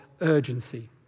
urgency